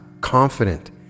confident